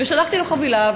ושלחתי לו חבילה,